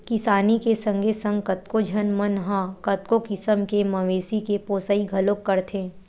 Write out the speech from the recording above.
किसानी के संगे संग कतको झन मन ह कतको किसम के मवेशी के पोसई घलोक करथे